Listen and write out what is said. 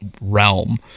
realm